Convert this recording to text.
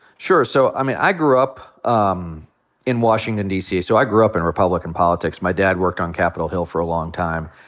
sure. so, i mean, i grew up um in washington, so i grew up in republican politics. my dad worked on capitol hill for a long time.